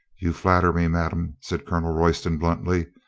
you flatter me, madame, said colonel royston bluntly.